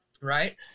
right